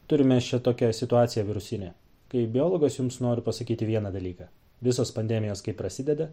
turim mes čia tokią situaciją virusinę kaip biologas jums noriu pasakyti vieną dalyką visos pandemijos kaip prasideda